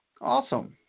Awesome